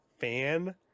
fan